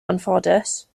anffodus